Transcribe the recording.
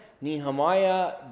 Nehemiah